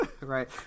right